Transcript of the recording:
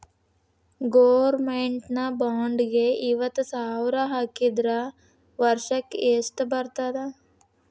Government bond ಗೆ ಐವತ್ತ ಸಾವ್ರ್ ಹಾಕಿದ್ರ ವರ್ಷಕ್ಕೆಷ್ಟ್ ಬರ್ತದ?